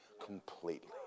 completely